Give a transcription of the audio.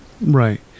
Right